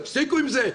תפסיקו עם זה.